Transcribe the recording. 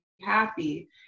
happy